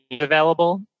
available